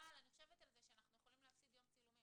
אבל אני חושבת על זה שאנחנו יכולים להפסיד יום צילומים.